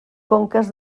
conques